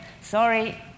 Sorry